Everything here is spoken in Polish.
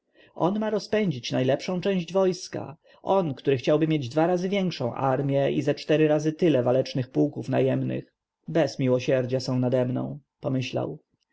ma rozpędzić najlepszą część wojska on który chciałby mieć dwa razy większą armję i ze cztery razy tyle walecznych pułków najemnych bez miłosierdzia są nade mną pomyślał